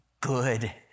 good